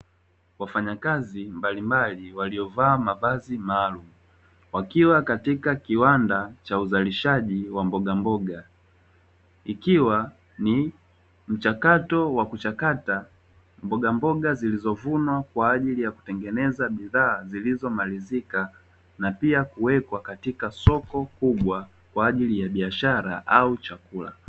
Wafanyakazi mbalimbali waliovaa mavazi maalumu, wakiwa katika kiwanda cha uzalishaji wa mbogamboga, ikiwa ni mchakato wa kuchakata mbogamboga zilizovunwa kwa ajili ya kutengeneza bidhaa zilizomalizika, na pia kuwekwa katika soko kubwa kwa ajili ya biashara au chakula.